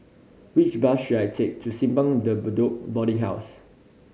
which bus should I take to Simpang De Bedok Boarding House